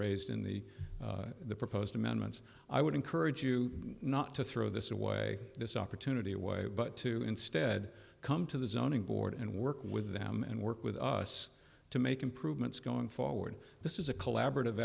raised in the proposed amendments i would encourage you not to throw this away this opportunity away but to instead come to the zoning board and work with them and work with us to make improvements going forward this is a collaborative